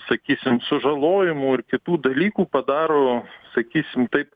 sakysim sužalojimų ir kitų dalykų padaro sakysim taip